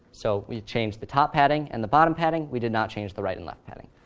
so we changed the top padding and the bottom padding we did not change the right and left padding.